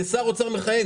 כשר אוצר מכהן.